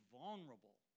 vulnerable